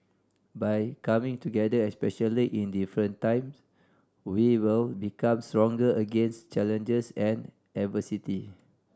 by coming together especially in difficult time we will become stronger against challenges and adversity